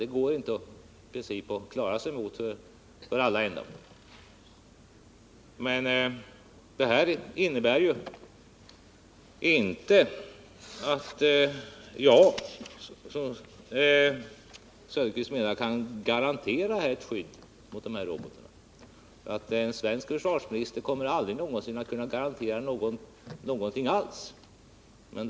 Detta innebär inte att jag — vilket Oswald Söderqvist undrade om jag kunde göra — kan garantera ett skydd mot dessa robotar. En svensk försvarsminister kommer aldrig någonsin att kunna garantera det.